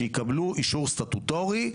שיקבלו אישור סטטוטורי,